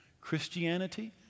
Christianity